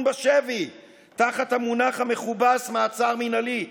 בשבי תחת המונח המכובס "מעצר מינהלי",